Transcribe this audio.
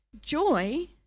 Joy